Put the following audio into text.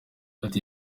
ati